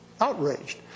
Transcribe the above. outraged